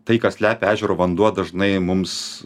tai ką slepia ežero vanduo dažnai mums